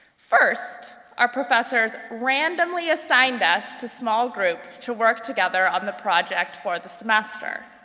first, our professors randomly assigned us to small groups to work together on the project for the semester.